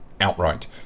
outright